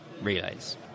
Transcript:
relays